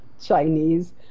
Chinese